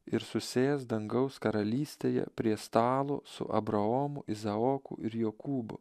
ir susės dangaus karalystėje prie stalo su abraomu izaoku ir jokūbu